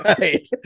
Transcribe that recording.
Right